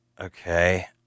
Okay